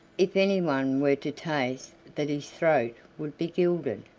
if anyone were to taste that his throat would be gilded,